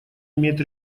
имеет